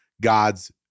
God's